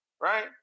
right